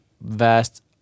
vast